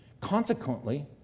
Consequently